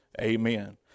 amen